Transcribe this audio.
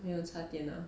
没有插电啊